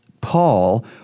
Paul